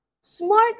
Smart